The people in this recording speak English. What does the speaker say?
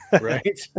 Right